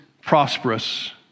prosperous